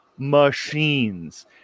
machines